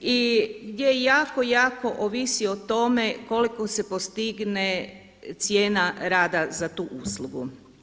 i gdje jako, jako ovisi o tome koliko se postigne cijena rada za tu uslugu.